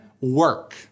work